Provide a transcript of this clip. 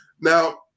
Now